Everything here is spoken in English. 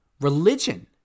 religion